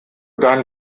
deinen